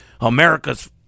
America's